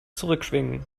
zurückschwingen